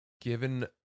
given